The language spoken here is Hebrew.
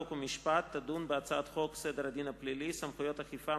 חוק ומשפט תדון בהצעת חוק סדר הדין הפלילי (סמכויות אכיפה,